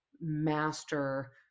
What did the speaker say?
master